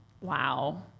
Wow